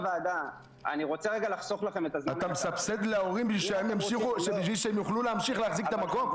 אתה מסבסד להורים בשביל שהם יוכלו להחזיק את המקום?